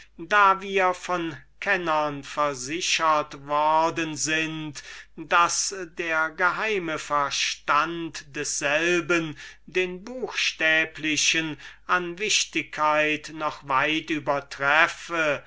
da wir von kennern versichert worden daß der geheime verstand desselben den buchstäblichen an wichtigkeit noch weit übertreffe